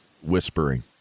whispering